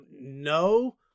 no